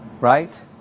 Right